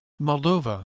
Moldova